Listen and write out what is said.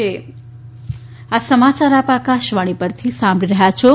corona appeal આ સમાચાર આપ આકાશવાણી પરથી સાંભળી રહ્યા છો